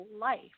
life